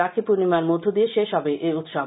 রাখী পূর্ণিমার মধ্য দিয়ে শেষ হবে এই উৎসব